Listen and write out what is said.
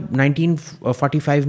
1945